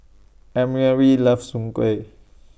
Emery loves Soon Kuih